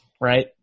right